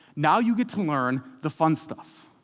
now you get to learn the fun stuff.